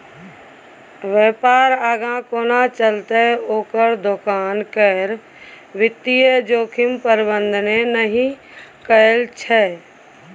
बेपार आगाँ कोना चलतै ओकर दोकान केर वित्तीय जोखिम प्रबंधने नहि कएल छै